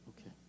Okay